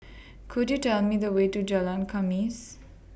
Could YOU Tell Me The Way to Jalan Khamis